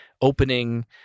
opening